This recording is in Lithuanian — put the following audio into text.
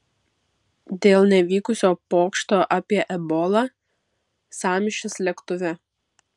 dėl nevykusio pokšto apie ebolą sąmyšis lėktuve